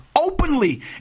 openly